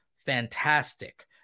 Fantastic